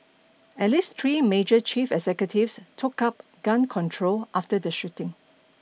at least three major chief executives took up gun control after the shooting